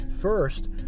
First